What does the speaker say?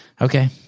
Okay